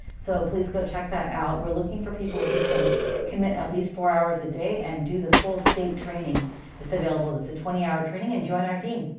so please go check that out. we're looking for people who can commit at least four hours a day and do the full state training that's available, that's a twenty hour training and join our team.